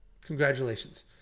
Congratulations